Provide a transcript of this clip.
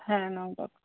হ্যাঁ নাও